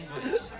language